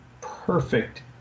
perfect